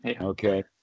Okay